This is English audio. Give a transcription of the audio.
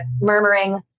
murmuring